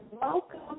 welcome